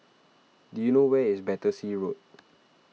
do you know where is Battersea Road